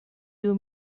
you